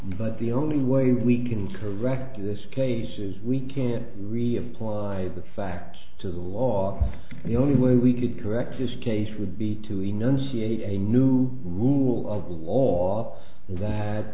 but the only way we can correct this case is we can reapply the facts to the law the only way we could correct this case would be to enunciate a new rule of law that